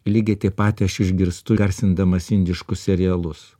lygiai taip pat aš išgirstu garsindamas indiškus serialus